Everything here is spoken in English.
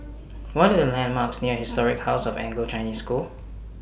What Are The landmarks near Historic House of Anglo Chinese School